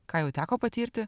ką jau teko patirti